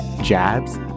jabs